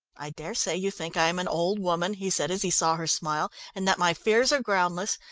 i dare say you think i am an old woman, he said as he saw her smile, and that my fears are groundless,